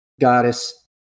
goddess